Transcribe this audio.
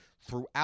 throughout